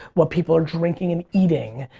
what people are drinking and eating.